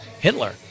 Hitler